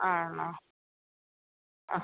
ആണോ ആ